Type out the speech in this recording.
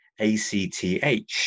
ACTH